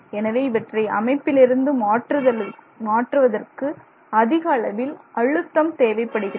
எனவே இவற்றை அமைப்பிலிருந்து மாற்றுவதற்கு அதிக அளவில் அழுத்தம் தேவைப்படுகிறது